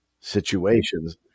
situations